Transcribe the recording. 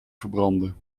verbranden